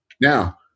Now